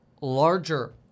larger